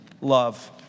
love